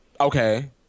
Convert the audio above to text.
okay